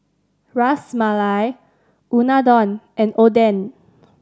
Ras Malai Unadon and Oden